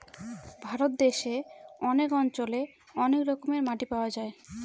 ভারত দেশে অনেক অঞ্চলে অনেক রকমের মাটি পাওয়া যায়